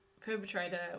perpetrator